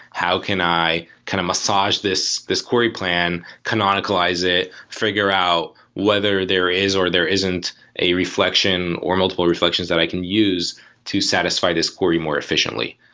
how can i kind of massage this this query plan? cononicalize it? figure out whether there is or there isn't a reflection or multiple reflections that i can use to satisfy this query more efficiently.